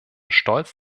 stolz